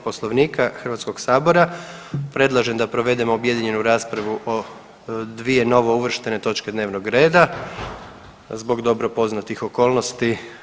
Poslovnika Hrvatskog sabora predlažem da provedemo objedinjenu raspravu o dvije novo uvrštene točke dnevnog reda zbog dobro poznatih okolnosti.